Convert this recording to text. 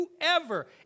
whoever